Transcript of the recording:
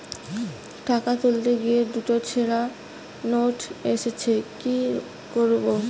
টাকা তুলতে গিয়ে দুটো ছেড়া নোট এসেছে কি করবো?